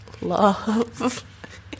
love